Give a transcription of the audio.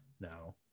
No